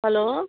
hello